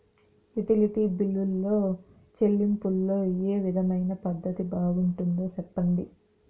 Utility బిల్లులో చెల్లింపులో ఏ విధమైన పద్దతి బాగుంటుందో సెప్పండి?